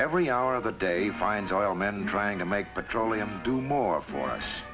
every hour of the day find oil men trying to make petroleum do more for